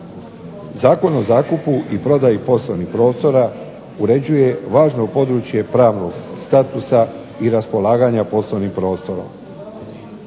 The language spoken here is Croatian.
Zakon o zakupu i prodaji poslovnih prostora uređuje važno područje pravnog statusa i raspolaganja poslovnim prostorom.